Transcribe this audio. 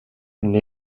une